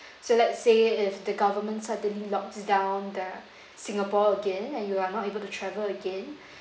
so let's say if the government suddenly locks down the singapore again and you are not able to travel again